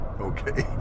okay